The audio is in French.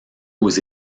aux